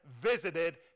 visited